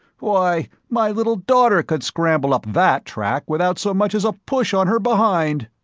why, my little daughter could scramble up that track without so much as a push on her behind!